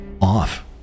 off